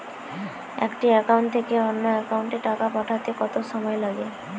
একটি একাউন্ট থেকে অন্য একাউন্টে টাকা পাঠাতে কত সময় লাগে?